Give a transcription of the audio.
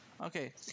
Okay